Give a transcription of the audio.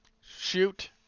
shoot